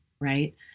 right